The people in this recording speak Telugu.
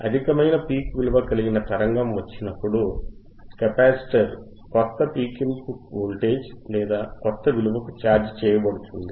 అధికమైన పీక్ విలువ కలిగిన తరంగము వచ్చినప్పుడు కెపాసిటర్ కొత్త పీక్ ఇన్పుట్ వోల్టేజ్ లేదా కొత్త విలువకు ఛార్జ్ చేయబడుతుంది